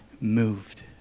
moved